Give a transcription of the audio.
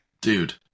Dude